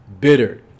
bitter